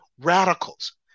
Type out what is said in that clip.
radicals